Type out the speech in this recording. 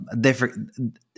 different